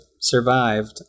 survived